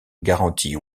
garanties